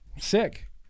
Sick